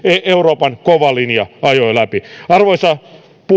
euroopan kova linja ajoi läpi arvoisa